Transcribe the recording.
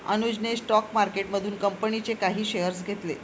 अनुजने स्टॉक मार्केटमधून कंपनीचे काही शेअर्स घेतले